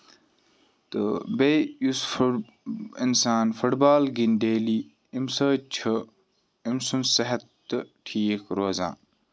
تہٕ بیٚیہِ یُس اِنسان فُٹ بال گِندِ ڈیلی اَمہِ سۭتۍ چھُ أمۍ سُند صحت تہِ ٹھیٖک روزان